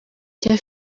cya